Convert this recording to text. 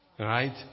right